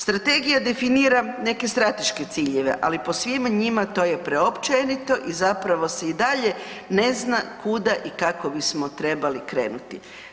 Strategija definira neke strateške ciljeve, ali po svima njima to je preopćenito i zapravo se i dalje ne zna kuda i kako bismo trebali krenuti.